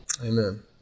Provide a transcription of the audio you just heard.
Amen